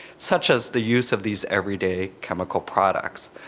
such as the use of these everyday chemical products.